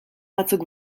batzuk